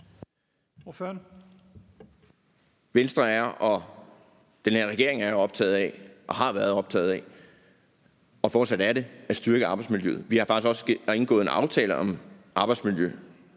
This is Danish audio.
Venstre er, og den her regering er optaget af og har været optaget af at styrke arbejdsmiljøet. Vi har faktisk også indgået en aftale om arbejdsmiljø